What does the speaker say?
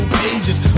pages